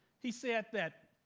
he said that